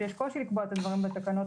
שיש קושי לקבוע את הדברים בתקנות,